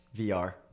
VR